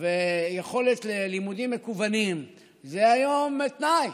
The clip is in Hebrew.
ויכולת ללימודים מקוונים זה היום תנאי.